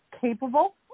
capable